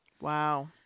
Wow